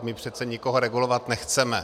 My přece nikoho regulovat nechceme.